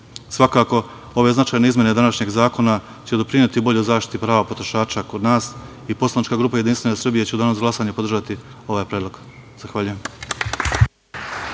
uređeno. Svakako, ove značajne izmene današnjeg zakona će doprineti boljoj zaštiti prava potrošača kod nas i poslanička grupa JS će u danu za glasanje podržati ovaj predlog. Zahvaljujem.